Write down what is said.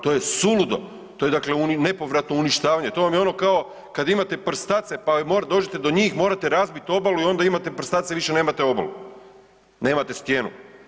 To je suludo, to je dakle nepovratno uništavanje, to vam je ono kao kad imate prstace pa u moru da dođete do njih morate razbiti obalu i onda imate prstace i više nemate obalu, nemate stijenu.